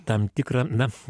tam tikra na